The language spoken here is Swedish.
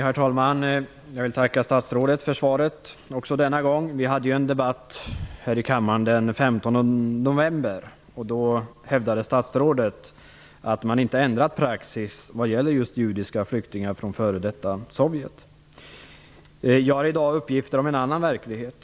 Herr talman! Jag vill tacka statsrådet för svaret också denna gång. Vi hade en debatt här i kammaren den 15 november. Då hävdade statsrådet att man inte har ändrat praxis vad gäller just judiska flyktingar från f.d. Sovjet. Jag har i dag uppgifter om en annan verklighet.